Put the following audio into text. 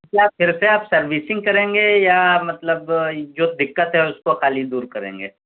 کیا پھر سے آپ سروسنگ کریں گے یا مطلب جو دقت ہے اُس كوخالی دور كریں گے